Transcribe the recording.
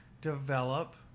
develop